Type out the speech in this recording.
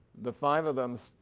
the five of them,